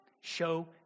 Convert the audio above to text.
Show